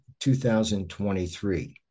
2023